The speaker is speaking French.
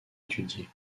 étudiées